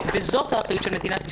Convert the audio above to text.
זאת האחריות של מדינת ישראל.